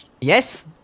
Yes